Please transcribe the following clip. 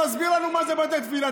להסביר לנו מה זה בתי תפילה.